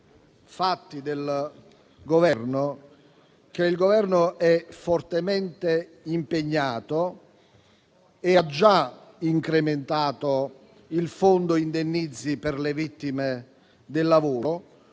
fatti dal Governo, che il Governo è fortemente impegnato e ha già incrementato il Fondo indennizzi per le vittime del lavoro,